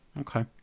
Okay